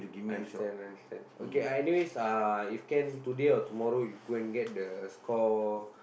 I understand I understand okay ah anyways ah if can today or tomorrow you go and get the score